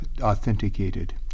authenticated